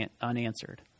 unanswered